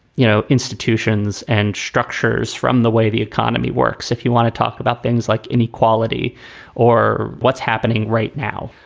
you know, institutions and structures from the way the economy works. if you want to talk about things like inequality or what's happening right now,